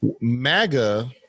MAGA